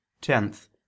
Tenth